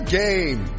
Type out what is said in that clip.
game